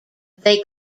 they